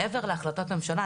מעבר להחלטות הממשלה,